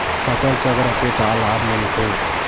फसल चक्र से का लाभ मिलथे?